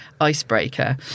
icebreaker